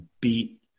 beat